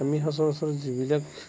আমি সচৰাচৰ যিবিলাক